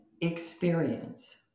experience